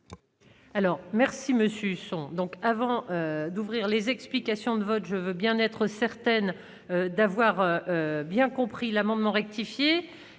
Huchon donc avant d'ouvrir les explications de vote, je veux bien être certaine d'avoir bien qu'on. Oui, l'amendement rectifié